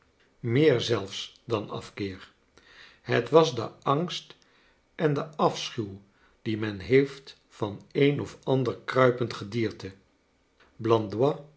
meer zelfs dan afkeer het was de angst en de afschuw die men heeft van een of ander kruipend gedierte